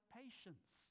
patience